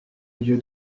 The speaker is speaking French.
lieu